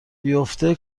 بیافته